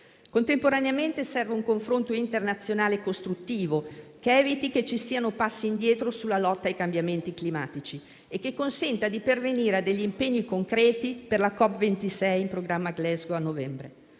Contemporaneamente, serve un confronto internazionale costruttivo, che eviti che ci siano passi indietro nella lotta ai cambiamenti climatici e che consenta di pervenire a degli impegni concreti per la COP26 in programma a Glasgow a novembre;